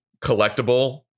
Collectible